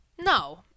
no